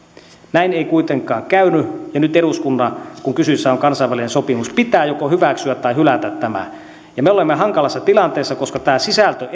näin ei kuitenkaan käynyt ja nyt eduskunnan kun kyseessä on kansainvälinen sopimus pitää joko hyväksyä tai hylätä tämä me olemme hankalassa tilanteessa koska tämä sisältö